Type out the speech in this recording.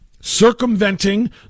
circumventing